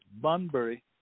Bunbury